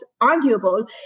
arguable